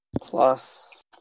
plus